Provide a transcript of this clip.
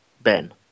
Ben